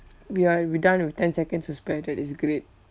we are we done with ten seconds to spare that is great